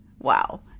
Wow